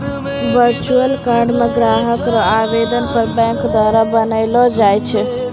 virtual card के ग्राहक रो आवेदन पर बैंक द्वारा बनैलो जाय छै